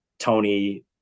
Tony